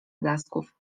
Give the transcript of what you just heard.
blasków